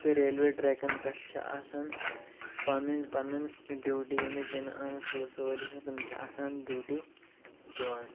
تہٕ ریلوے ٹرٛیکَن پٮ۪ٹھ چھِ آسان پَنٕنۍ پَنٕنۍ ڈیٚوٹی ییٚمِس دِنہٕ آمٕژ پُلسہٕ وٲلس تِم چھِ آسان ڈیٚوٹی دِوان